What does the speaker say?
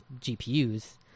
gpus